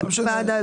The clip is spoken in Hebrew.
לא משנה.